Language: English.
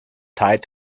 tied